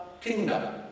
kingdom